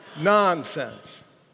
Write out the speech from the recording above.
nonsense